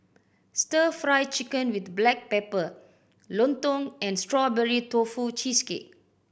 Stir Fry Chicken with black pepper lontong and Strawberry Tofu Cheesecake